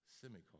Semicolon